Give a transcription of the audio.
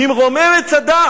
ממרומי מצדה